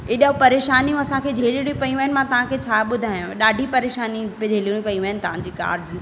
अहिड़ो परेशानियूं असांखे झेलणियूं पियूं मां तव्हां खे छा ॿुधायांव ॾाढी परेशानी झेलणियूं पियूं आहिनि तव्हां जी कार